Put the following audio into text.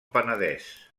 penedès